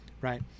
Right